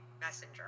messenger